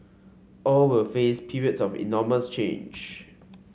all will face periods of enormous change